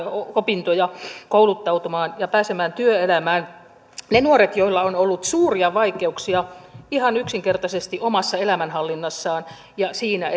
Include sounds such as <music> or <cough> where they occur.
opintoja kouluttautumaan ja pääsemään työelämään ne nuoret joilla on ollut suuria vaikeuksia yksinkertaisesti ihan omassa elämänhallinnassaan ja siinä <unintelligible>